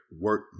work